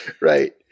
Right